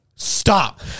stop